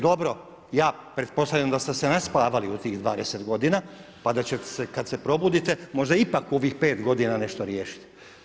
Dobro ja pretpostavljam da ste se naspavali u tih 20 g. pa da ćete se kada se probudite možda ipak u ovih 5 g. nešto riješi.